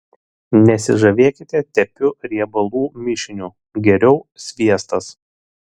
nesižavėkite tepiu riebalų mišiniu geriau sviestas